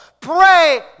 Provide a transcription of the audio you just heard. Pray